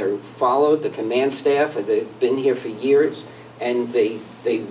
they're follow the command staff of the been here for years and they